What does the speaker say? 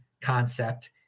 concept